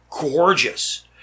gorgeous